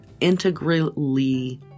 integrally